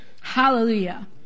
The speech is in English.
Hallelujah